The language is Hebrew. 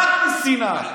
רק משנאה.